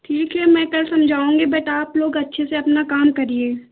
ठीक है मैं कल समझाऊँगी बेटा आप लोग अच्छे से काम करिए